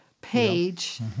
page